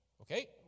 Okay